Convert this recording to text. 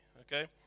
Okay